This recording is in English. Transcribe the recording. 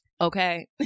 okay